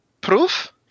proof